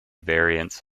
variants